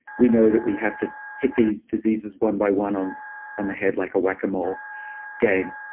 we know that we have to hit these diseases one by one on on the head like a whack-a-mole game.